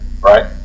right